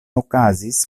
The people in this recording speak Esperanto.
okazis